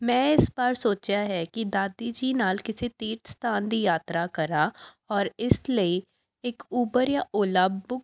ਮੈਂ ਇਸ ਵਾਰ ਸੋਚਿਆ ਹੈ ਕਿ ਦਾਦੀ ਜੀ ਨਾਲ ਕਿਸੇ ਤੀਰਥ ਸਥਾਨ ਦੀ ਯਾਤਰਾ ਕਰਾਂ ਔਰ ਇਸ ਲਈ ਇੱਕ ਉਬਰ ਜਾਂ ਓਲਾ ਬੁੱਕ